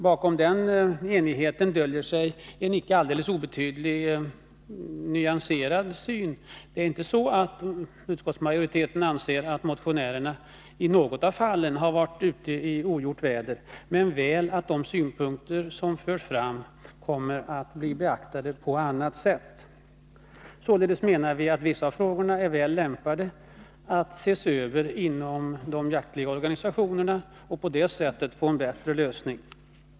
Bakom denna enighet döljer sig en icke obetydligt nyanserad syn. Utskottsmajoriteten anser inte att motionärerna i något av fallen har varit ute i ogjort väder, men väl att de synpunkter som förs fram kommer att bli beaktade på annat sätt. Således menar vi att vissa av frågorna är väl lämpade att ses över inom de jaktliga organisationerna för att på det sättet få en bättre lösning.